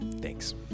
Thanks